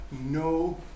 no